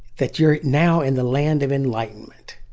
that you're now in the land of enlightenment.